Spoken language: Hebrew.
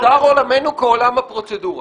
הנחה --- צר עולמנו כעולם הפרוצדורה.